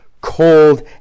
cold